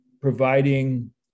providing